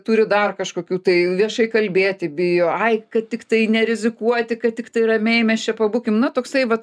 turi dar kažkokių tai viešai kalbėti bijo ai kad tiktai nerizikuoti kad tiktai ramiai mes čia pabūkim na toksai vat